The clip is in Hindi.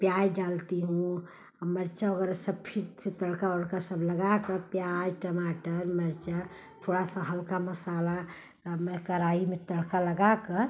प्याज डालती हूँ मिर्च वग़ैरह सब फिर से तड़का उड़का सब लगाकर प्याज टमाटर मिर्च थोड़ा सा हल्का मसाला तब मैं कड़ाही में तड़का लगाकर